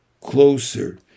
closer